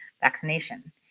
vaccination